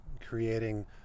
creating